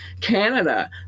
Canada